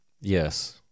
Yes